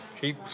keep